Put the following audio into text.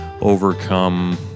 overcome